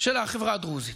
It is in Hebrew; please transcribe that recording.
של החברה הדרוזית.